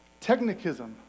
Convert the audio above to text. Technicism